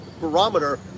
barometer